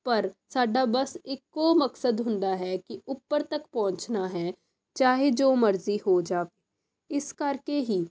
ਪਰ ਸਾਡਾ ਬਸ ਇੱਕੋ ਮਕਸਦ ਹੁੰਦਾ ਹੈ ਕਿ ਉੱਪਰ ਤੱਕ ਪਹੁੰਚਣਾ ਹੈ ਚਾਹੇ ਜੋ ਮਰਜ਼ੀ ਹੋ ਜਾਵੇ ਇਸ ਕਰਕੇ ਹੀ